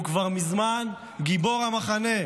הוא כבר מזמן גיבור המחנה,